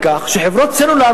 שחברות סלולר,